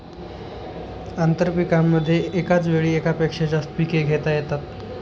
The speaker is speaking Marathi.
आंतरपीकांमध्ये एकाच वेळी एकापेक्षा जास्त पिके घेता येतात